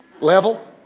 level